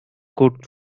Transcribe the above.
could